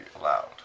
allowed